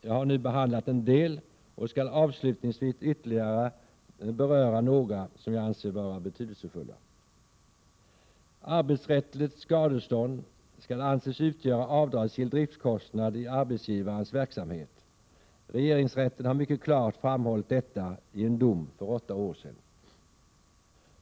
Jag har nu behandlat en del och skall avslutningsvis ytterligare beröra några som jag anser vara betydelsefulla. Arbetsrättsligt skadestånd skall anses utgöra avdragsgill driftskostnad i arbetsgivarens verksamhet. Regeringsrätten har mycket klart framhållit detta i en dom för åtta år sedan.